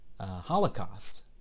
holocaust